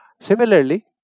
Similarly